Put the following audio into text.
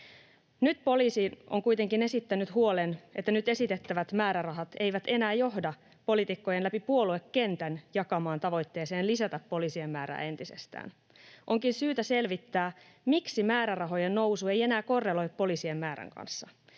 Nyt poliisi on kuitenkin esittänyt huolen, että nyt esitettävät määrärahat eivät enää johda poliitikkojen läpi puoluekentän jakamaan tavoitteeseen lisätä poliisien määrää entisestään. Onkin syytä selvittää, miksi määrärahojen nousu ei enää korreloi poliisien määrän kanssa.